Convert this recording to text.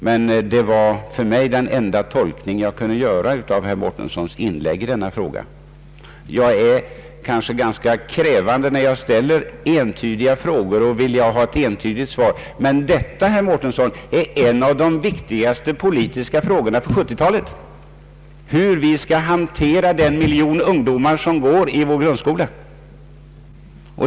Men detta var den enda tolkning jag kunde göra av herr Mårtenssons inlägg i denna fråga. Jag är kanske ganska krävande när jag ställer entydiga frågor och vill ha entydiga svar. Men detta, herr Mårtensson, är en av de viktigaste politiska frågorna under 1970 talet — hur vi skall hantera den miljon ungdomar som går i vår grundskola.